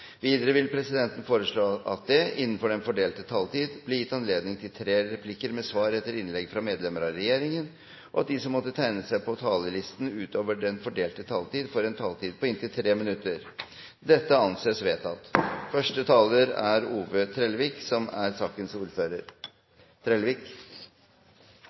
Videre vil presidenten foreslå at det blir gitt anledning til fem replikker med svar etter innlegg fra medlemmer av regjeringen innenfor den fordelte taletid, og at de som måtte tegne seg på talerlisten utover den fordelte taletid, får en taletid på inntil 3 minutter. – Det anses vedtatt. Det er en enstemmig komité som er